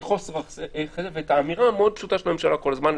את חוסר הצדק ואת האמירה המאוד פשוטה של הממשלה כל הזמן,